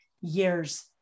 years